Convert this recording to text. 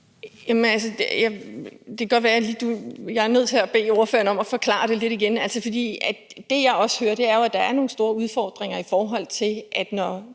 Det kan godt være, jeg er nødt til at bede ordføreren om at forklare det lidt igen. For det, jeg også hører, er jo, at der er nogle store udfordringer, i forhold til når